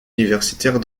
universitaire